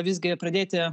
visgi pradėti